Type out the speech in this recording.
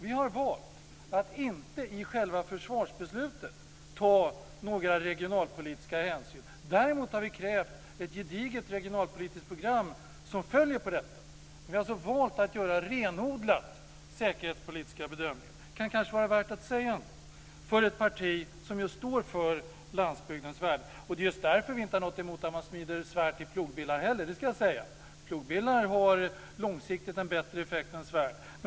Vi har valt att inte ta några regionalpolitiska hänsyn i själva försvarsbeslutet. Däremot har vi krävt ett gediget regionalpolitiskt program som följer på detta. Men vi har alltså valt att göra renodlade säkerhetspolitiska bedömningar. Det kan kanske vara värt att säga det för ett parti som står för landsbygdens värden. Det är just därför vi inte har något emot att man smider svärd till plogbillar heller. Plogbillar har långsiktigt en bättre effekt än svärd.